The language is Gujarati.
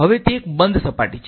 હવે તે એક બંધ સપાટી છે